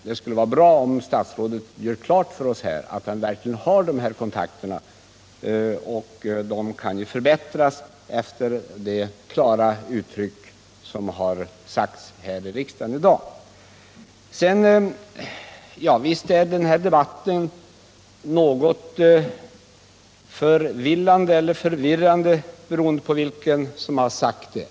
Det skulle vara bra, om statsrådet gjorde klart för oss att han verkligen har de här kontakterna — de kan ju förbättras efter de klara åsikter som har uttryckts här i riksdagen i dag. Visst är den här debatten något förvillande eller förvirrande — det beror på vem som säger det.